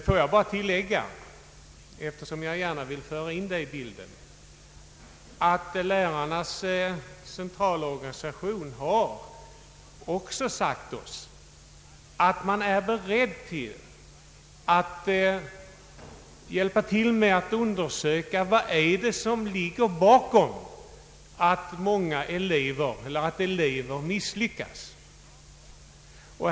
Låt mig bara tillägga, eftersom jag gärna vill föra in det i bilden, att lärarnas centralorganisation också har anfört att man är beredd att hjälpa till att undersöka vad som ligger bakom att elever misslyckas.